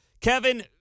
Kevin